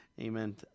amen